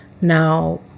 now